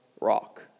rock